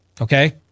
okay